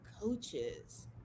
coaches